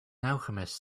alchemist